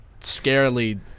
scarily